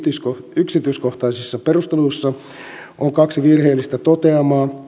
yksityiskohtaisissa perusteluissa on kehitysyhteistyöhankinnoissa kaksi virheellistä toteamaa